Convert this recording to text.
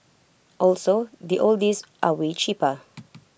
also the oldies are way cheaper